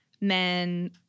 men